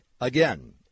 Again